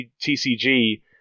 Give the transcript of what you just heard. tcg